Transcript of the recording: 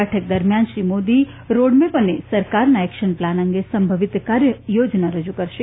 બેઠક દરમ્યાન શ્રી મોદી રોડમેપ અને સરકારના એક્શન પ્લાન અંગે સંભવિત કાર્યયોજના રજુ કરશે